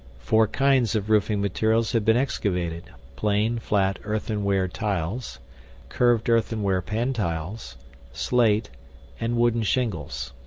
four kinds of roofing materials have been excavated plain, flat, earthenware tiles curved earthenware pantiles slate and wooden shingles.